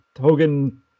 Hogan